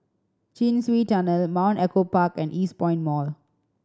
Chin Swee Tunnel the Mount Echo Park and Eastpoint Mall